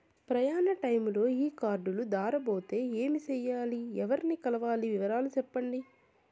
ప్రయాణ టైములో ఈ కార్డులు దారబోతే ఏమి సెయ్యాలి? ఎవర్ని కలవాలి? వివరాలు సెప్పండి?